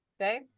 okay